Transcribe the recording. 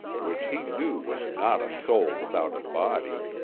which he knew was not a soul without a body,